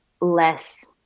less